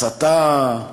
הסתה,